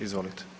Izvolite.